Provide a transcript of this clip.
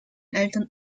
eltern